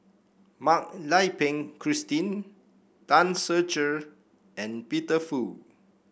Mak Lai Peng Christine Tan Ser Cher and Peter Fu